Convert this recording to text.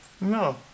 No